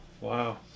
Wow